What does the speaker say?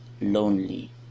lonely